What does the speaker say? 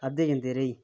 अध्दे जंदे रेही